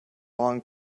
long